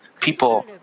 People